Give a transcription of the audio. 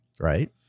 Right